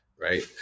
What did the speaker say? right